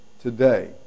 today